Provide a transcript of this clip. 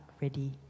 ready